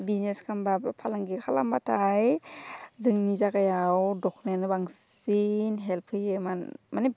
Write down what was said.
business खालामबाबो फालांगि खालामबाथाय जोंनि जायगायाव दख'नायानो बांसिन हेल्प होयो माने